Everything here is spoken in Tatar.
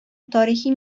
тарихи